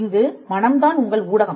இங்கு மனம் தான் உங்கள் ஊடகம்